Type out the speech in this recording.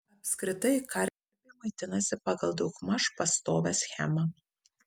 apskritai karpiai maitinasi pagal daugmaž pastovią schemą